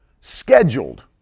scheduled